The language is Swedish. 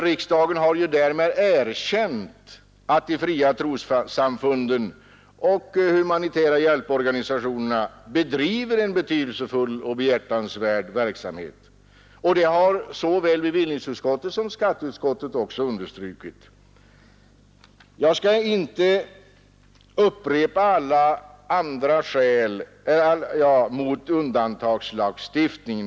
Riksdagen har ju därmed erkänt att de fria trossamfunden och de humanitära hjälporganisationerna bedriver en betydelsefull och behjärtansvärd verksamhet. Det har såväl bevillningsutskottet som skatteutskottet också understrukit. Jag skall inte upprepa alla andra skäl mot undantagslagstiftning.